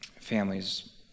families